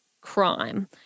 crime